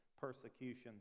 persecutions